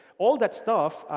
all of that stuff,